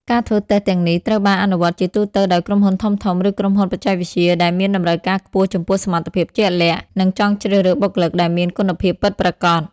ការធ្វើតេស្តទាំងនេះត្រូវបានអនុវត្តជាទូទៅដោយ ក្រុមហ៊ុនធំៗ ឬក្រុមហ៊ុនបច្ចេកវិទ្យា ដែលមានតម្រូវការខ្ពស់ចំពោះសមត្ថភាពជាក់លាក់ និងចង់ជ្រើសរើសបុគ្គលិកដែលមានគុណភាពពិតប្រាកដ។